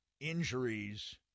injuries